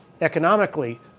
economically